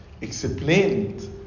explained